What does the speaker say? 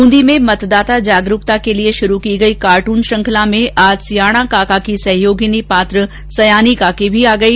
ब्रंदी में मतदाता जागरूकता के लिए आरंभ की गई कार्टून श्रृंखला में आज सियाणा काका की सहचयोगी पात्र सयानी काकी भी आ गई